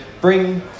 bring